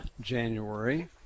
January